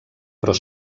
però